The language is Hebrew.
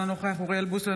אינו נוכח אוריאל בוסו,